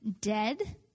dead